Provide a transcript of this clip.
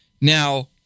Now